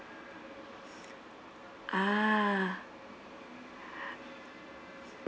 ah